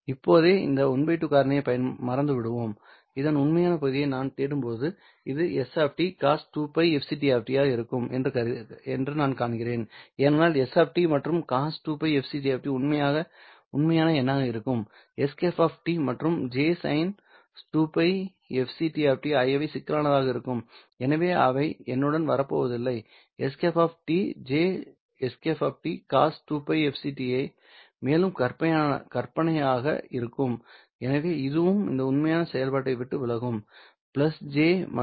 இப்போதே இந்த ½ காரணியை மறந்துவிடுவோம் இதன் உண்மையான பகுதியை நான் தேடும்போது இது s cos2πfct ஆக இருக்கும் என்று நான் காண்கிறேன் ஏனென்றால் s மற்றும் cos2πfct உண்மையான எண்ணாக இருக்கும்ŝ மற்றும் jsin2πfct ஆகியவை சிக்கலானதாக இருக்கும் எனவே அவை என்னுடன் வரப்போவதில்லை ŝ jŝ cos2πfct மேலும் கற்பனையாக இருக்கும் எனவே இதுவும் இந்த உண்மையான செயல்பாட்டை விட்டு விலகும் j மற்றும் -j 1 ஆக இருக்கும்